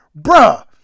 bruh